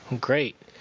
great